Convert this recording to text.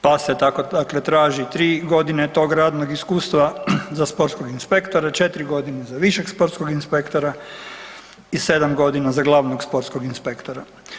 Pa se tako dakle traži 3 godine tog radnog iskustava za sportskog inspektora, 4 godine za višeg sportskog inspektora i 7 godina za glavnog sportskog inspektora.